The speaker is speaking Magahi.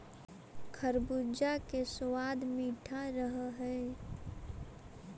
खरबूजा के सबाद मीठा रह हई